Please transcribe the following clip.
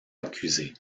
accusé